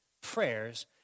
prayers